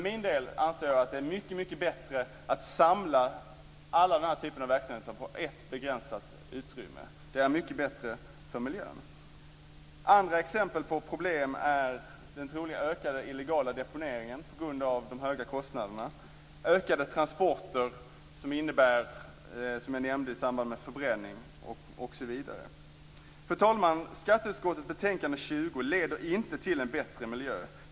Jag anser att det är mycket bättre att samla alla typer av sådan här verksamhet på ett utrymme. Det är mycket bättre för miljön. Andra exempel på problem är den troligen ökande illegala deponeringen på grund av de höga kostnaderna samt ökade transporter i samband med förbränning osv. Fru talman! Skatteutskottets betänkande nr 20 leder inte till en bättre miljö.